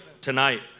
tonight